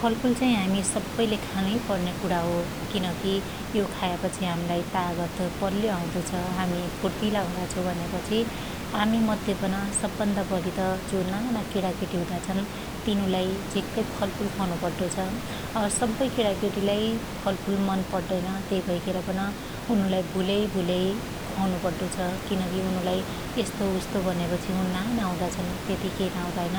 फलफुल चाहि हामि सब्बैले खानै पण्न्या कुणा हो । किनकि यो खायापछि हाम्लाई तागत बल्यो आउदो छ । हामि फुर्तिला हुदा छौ भन्यापछि हामि मध्यपन सबभन्दा बढीत जो नाना क्णाकेटी हुदाछन तिनुलाई झीक्कै फलफुल ख्वाउनु पड्डो छ । असबै केणाकेटी लाई फलफुल मन पड्डैन त्यई भैखेर पन उनुलाई भुल्याइ भुल्याइ ख्वाउनु पड्डो छ । किनकि उनुलाई यस्तो उस्तो भन्यापछि उ नाना हुदाछन त्यती केई राउदाईन